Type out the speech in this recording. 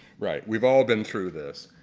right we have all been through this.